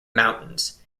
mountains